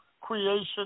creation